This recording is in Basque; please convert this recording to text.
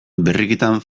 berrikitan